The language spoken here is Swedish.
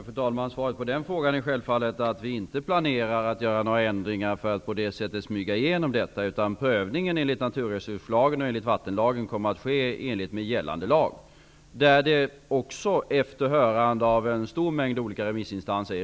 Fru talman! Svaret på den frågan är självfallet att vi inte planerar att göra några ändringar för att på det sättet smyga igenom detta. Prövningen kommer att ske i enlighet med gällande lag -- naturresurslagen och vattenlagen. Regeringen skall fatta det slutgiltiga beslutet efter hörande av en stor mängd olika remissinstanser.